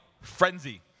Frenzy